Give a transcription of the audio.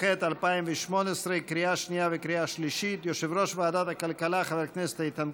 התשע"ח 2018, אושרה כנדרש בשלוש קריאות.